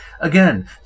Again